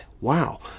wow